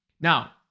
Now